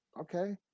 Okay